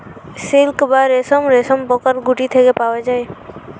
silk বা রেশম রেশমপোকার গুটি থেকে পাওয়া যায়